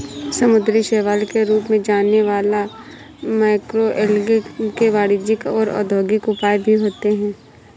समुद्री शैवाल के रूप में जाने वाला मैक्रोएल्गे के वाणिज्यिक और औद्योगिक उपयोग भी होते हैं